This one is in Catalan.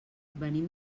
venim